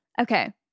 Okay